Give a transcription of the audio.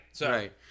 Right